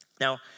Now